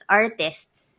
artists